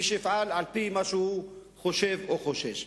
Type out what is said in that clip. שיפעל על-פי מה שהוא חושב או חושש.